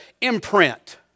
imprint